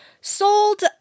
sold